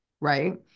Right